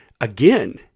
again